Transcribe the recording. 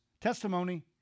testimony